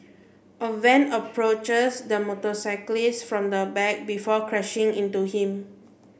a van approaches the motorcyclist from the back before crashing into him